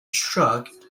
shrugged